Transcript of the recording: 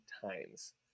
times